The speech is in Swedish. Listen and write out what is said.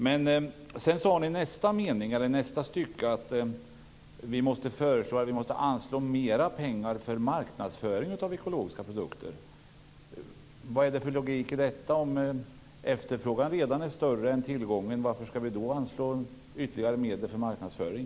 Men sedan sade Gudrun Lindvall i nästa mening att vi måste anslå mer pengar till marknadsföring av ekologiska produkter. Vad är det för logik i detta? Om efterfrågan redan är större än tillgången, varför skall vi då anslå ytterligare medel till marknadsföring?